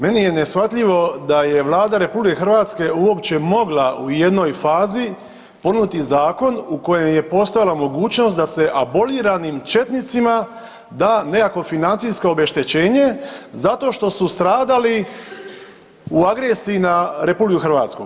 Meni je neshvatljivo da je Vlada RH uopće mogla u jednoj fazi ponuditi zakon u kojem je postojala mogućnost da se aboliranim četnicima da nekakvo financijsko obeštećenje, zato što su stradali u agresiji na RH.